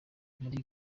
muri